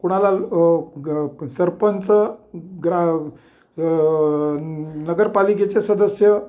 कुणाला अ ग सरपंच ग्रा अ अ अ नगरपालिकेचे सदस्य